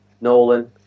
Nolan